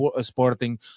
Sporting